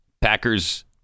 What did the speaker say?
Packers